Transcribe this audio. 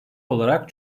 olarak